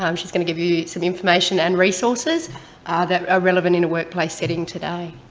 um she's going to give you some information and resources that are relevant in a workplace setting today.